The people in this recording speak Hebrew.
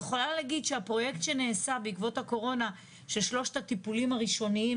אגב, נמצאת כאן טל, אם תרצי להעיר.